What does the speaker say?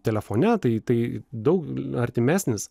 telefone tai tai daug artimesnis